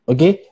Okay